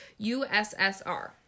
USSR